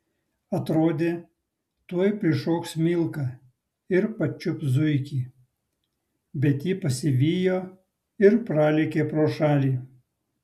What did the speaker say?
atrodė tuoj prišoks milka ir pačiups zuikį bet ji pasivijo ir pralėkė pro šalį